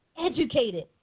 educated